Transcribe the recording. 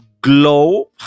glow